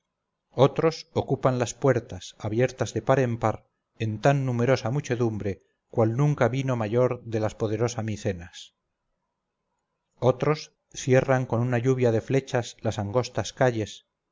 otros ocupan las puertas abiertas de par en par en tan numerosa muchedumbre cual nunca vino mayor de las poderosa micenas otros cierran con una lluvia de flechas las angostas calles